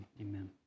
Amen